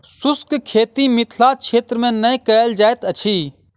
शुष्क खेती मिथिला क्षेत्र मे नै कयल जाइत अछि